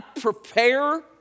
prepare